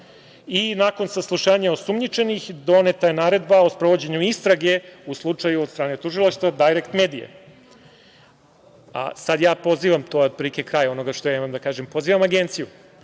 Nakon saslušanja osumnjičenih, doneta je naredba o sprovođenju istrage u slučaju od strane tužilaštva Dajrekt medije. Sada ja pozivam, to je otprilike kraj onoga što ja imam da kažem, pozivam Agenciju